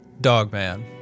Dogman